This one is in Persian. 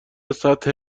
سطح